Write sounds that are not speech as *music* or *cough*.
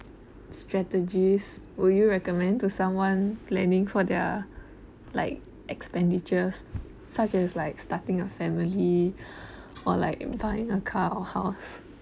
strategies would you recommend to someone planning for their like expenditures such as like starting a family *breath* or like buying a car or house